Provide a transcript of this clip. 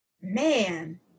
man